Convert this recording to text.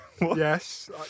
Yes